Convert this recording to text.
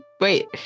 wait